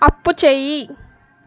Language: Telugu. ఆపుచేయి